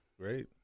great